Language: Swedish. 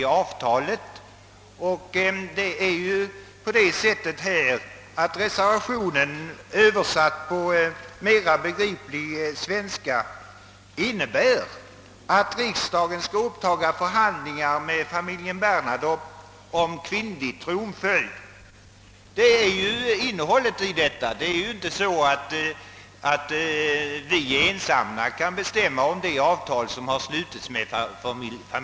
Innehållet i den här aktuella reservationen innebär — översatt till mera begriplig svenska — att riksdagen skall upptaga förhandlingar med familjen Bernadotte om kvinnlig tronföljd. Vi kan dock inte ensamma bestämma om det avtal som en gång slöts.